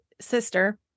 sister